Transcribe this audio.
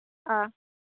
ꯑ